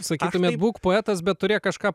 sakytumėt būk poetas bet turėk kažką